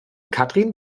katrin